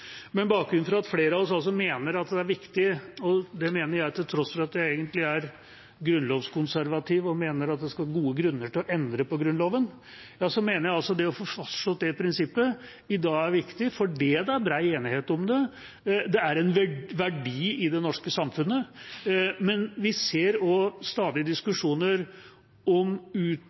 Men bakgrunnen for at flere av oss altså mener at det er viktig å få fastslått det prinsippet i dag – og det mener jeg til tross for at jeg egentlig er grunnlovskonservativ og mener at det skal være gode grunner for å endre på Grunnloven – er at det er bred enighet om det. Det er en verdi i det norske samfunnet, men vi ser også stadig diskusjoner om